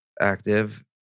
Active